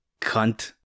cunt